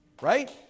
right